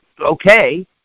okay